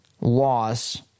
loss